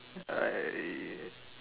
I